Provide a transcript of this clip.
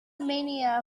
mania